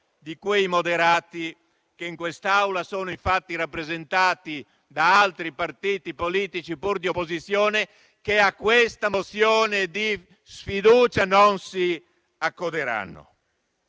di quei moderati che in quest'Aula sono infatti rappresentati da altri partiti politici, pur di opposizione, che a questa mozione di sfiducia non si accoderanno.